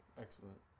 Excellent